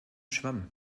schwamm